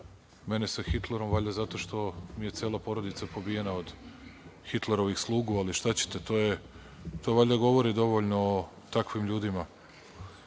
mene sa Hitlerom, valjda zato što mi je cela porodica pobijena od Hitlerovih slugu, ali šta ćete, to valjda govori dovoljno o takvim ljudima. Vidim